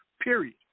period